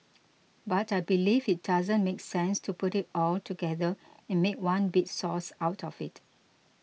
but I believe it doesn't make sense to put it all together and make one big sauce out of it